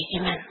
amen